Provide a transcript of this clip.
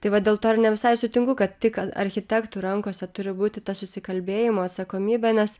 tai va dėl to ir ne visai sutinku kad tik architektų rankose turi būti ta susikalbėjimo atsakomybė nes